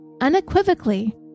unequivocally